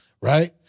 right